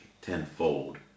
tenfold